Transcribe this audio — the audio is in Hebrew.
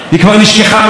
תודה רבה, אדוני.